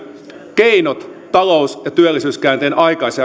keinot talous ja työllisyyskäänteen